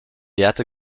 yet